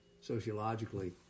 sociologically